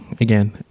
again